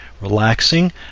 Relaxing